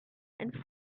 and